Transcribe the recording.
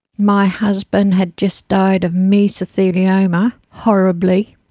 my husband had just died of mesothelioma, horribly,